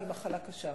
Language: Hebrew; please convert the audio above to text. והיא מחלה קשה.